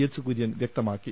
H Kurian വ്യക്തമാ ക്കി